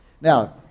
Now